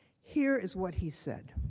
here is what he said.